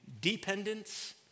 dependence